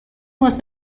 was